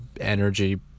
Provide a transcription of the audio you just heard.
energy